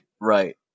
Right